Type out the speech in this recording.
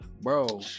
Bro